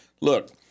Look